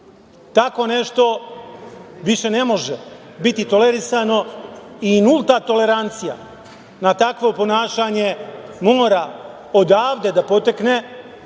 Tako nešto više ne može biti tolerisano i nulta tolerancija na takvo ponašanje mora odavde da potekne